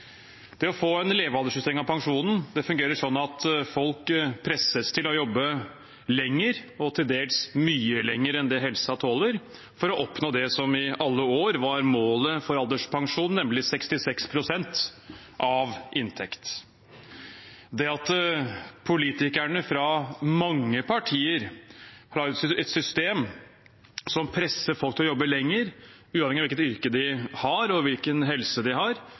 Det å få en levealdersjustering av pensjonen fungerer slik at folk presses til å jobbe lenger, til dels mye lenger, enn det helsa tåler, for å oppnå det som i alle år var målet for alderspensjonen, nemlig 66 pst. av inntekten. Det at politikerne – fra mange partier – støtter et system som presser folk til å jobbe lenger, uavhengig av hvilket yrke de har, og hvilken helse de har,